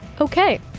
Okay